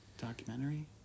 Documentary